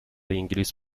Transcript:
انگلیس